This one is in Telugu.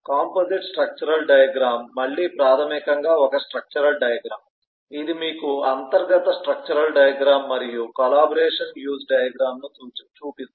కాంపోజిట్ స్ట్రక్చరల్ డయాగ్రమ్ మళ్ళీ ప్రాథమికంగా ఒక స్ట్రక్చరల్ డయాగ్రమ్ ఇది మీకు అంతర్గత స్ట్రక్చరల్ డయాగ్రమ్ మరియు కలాబరేషన్ యూజ్ డయాగ్రమ్ ను చూపిస్తుంది